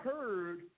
heard